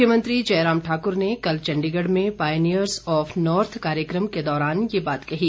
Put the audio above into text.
मुख्यमंत्री जय राम ठाकुर ने कल चंडीगढ़ में पाईनीयर्ज ऑफ नॉर्थ कार्यक्रम के दौरान ये बात कही